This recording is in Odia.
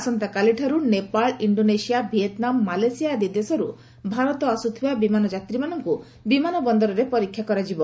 ଆସନ୍ତାକାଲିଠାରୁ ନେପାଳ ଇଣ୍ଡୋନେସିଆ ଭିଏତନାମ ମାଲେସିଆ ଆଦି ଦେଶରୁ ଭାରତ ଆସୁଥିବା ବିମାନ ଯାତ୍ରୀମାନଙ୍କୁ ବିମାନ ବନ୍ଦରରେ ପରୀକ୍ଷା କରାଯିବ